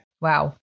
Wow